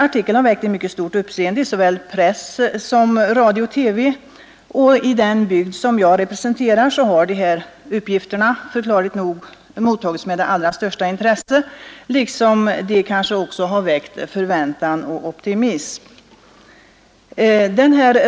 Artikeln har väckt ett mycket stort uppseende i såväl press som radio och TV, och i den bygd som jag representerar har de här uppgifterna förklarligt nog mottagits med det allra största intresse, liksom de kanske också väckt förväntan och optimism.